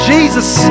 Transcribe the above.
Jesus